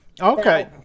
Okay